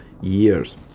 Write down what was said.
years